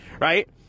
right